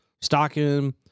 stocking